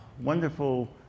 wonderful